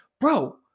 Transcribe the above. bro